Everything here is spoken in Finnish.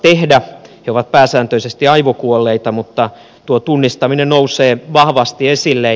he ovat pääsääntöisesti aivokuolleita mutta tuo tunnistaminen nousee vahvasti esille